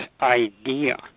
idea